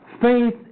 faith